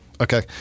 Okay